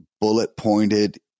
bullet-pointed